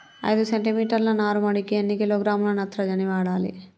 ఐదు సెంటిమీటర్ల నారుమడికి ఎన్ని కిలోగ్రాముల నత్రజని వాడాలి?